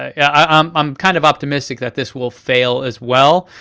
ah i'm um kind of optimistic that this will fail as well.